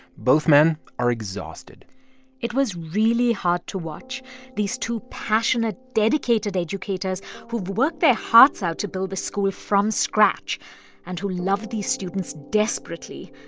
both men are exhausted it was really to watch these two passionate, dedicated educators who've worked their hearts out to build a school from scratch and who loved the students desperately.